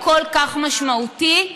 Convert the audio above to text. הכל-כך משמעותי,